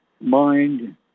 mind